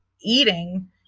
eating